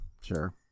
Sure